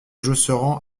josserand